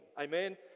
Amen